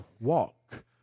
walk